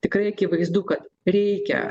tikrai akivaizdu kad reikia